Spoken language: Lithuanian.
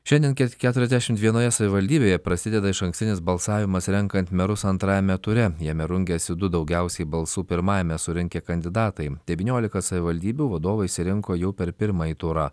šiandien keturiasdešimt vienoje savivaldybėje prasideda išankstinis balsavimas renkant merus antrajame ture jame rungiasi du daugiausiai balsų pirmajame surinkę kandidatai devyniolika savivaldybių vadovai išsirinko jau per pirmąjį turą